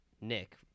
Nick